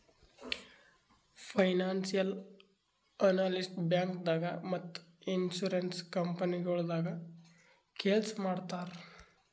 financial analyst ಬ್ಯಾಂಕ್ದಾಗ್ ಮತ್ತ್ insurance ಕಂಪನಿಗೊಳ್ದಾಗ ಕೆಲ್ಸ್ ಮಾಡ್ತರ್